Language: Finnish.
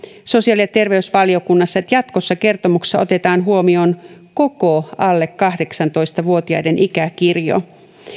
sosiaali ja terveysvaliokunnassa että jatkossa kertomuksessa otetaan huomioon koko alle kahdeksantoista vuotiaiden ikäkirjo